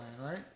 right